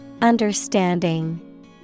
Understanding